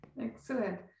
Excellent